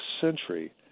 century